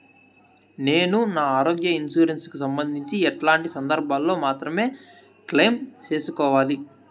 నేను నా ఆరోగ్య ఇన్సూరెన్సు కు సంబంధించి ఎట్లాంటి సందర్భాల్లో మాత్రమే క్లెయిమ్ సేసుకోవాలి?